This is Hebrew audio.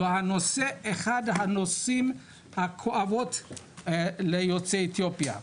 זה אחד הנושאים הכואבים ליוצאי אתיופיה.